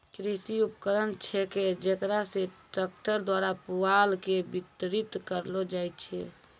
कृषि उपकरण छेकै जेकरा से ट्रक्टर द्वारा पुआल के बितरित करलो जाय छै